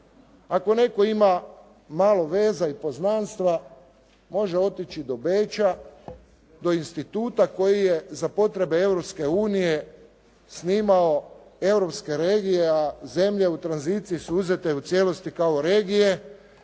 Ako netko ima malo veza i poznanstva može otići do Beča, do instituta koji je za potrebe Europske unije snimao europske regije, a zemlje u tranziciji su uzete u cijelosti kao regije